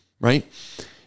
right